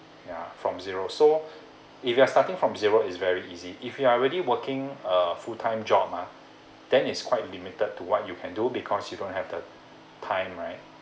ya from zero so if you are starting from zero it's very easy if you are really working a full time job mah then is quite limited to what you can do because you don't have the time right